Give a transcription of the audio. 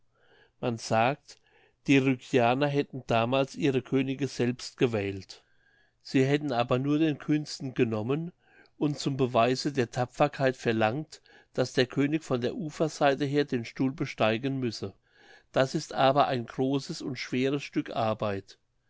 man sagt die rügianer hätten damals ihre könige selbst gewählt sie hätten aber nur den kühnsten genommen und zum beweise der tapferkeit verlangt daß der könig von der uferseite her den stuhl besteigen müsse das ist aber ein großes und schweres stück arbeit